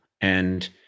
and-